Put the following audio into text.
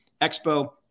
Expo